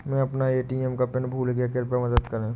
मै अपना ए.टी.एम का पिन भूल गया कृपया मदद करें